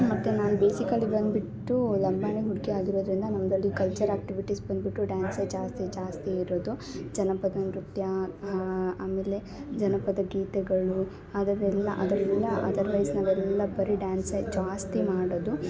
ಮತ್ತು ನಾನು ಬೇಸಿಕಲಿ ಬಂದು ಬಿಟ್ಟು ಲಂಬಾನಿ ಹುಡ್ಗಿ ಆಗಿರೋದರಿಂದ ನಮ್ದ್ರಲ್ಲಿ ಕಲ್ಚರ್ ಆ್ಯಕ್ಟಿವಿಟಿಸ್ ಬಂದು ಬಿಟ್ಟು ಡ್ಯಾನ್ಸೆ ಜಾಸ್ತಿ ಜಾಸ್ತಿ ಇರೋದು ಜನಪದ ನೃತ್ಯ ಆಮೇಲೆ ಜನಪದ ಗೀತೆಗಳು ಅದನ್ನೆಲ್ಲಾ ಅದ್ರೆಲ್ಲಾ ಅದರ್ವೈಸ್ ನಾವೆಲ್ಲಾ ಬರಿ ಡ್ಯಾನ್ಸೆ ಜಾಸ್ತಿ ಮಾಡದು